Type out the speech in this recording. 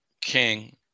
King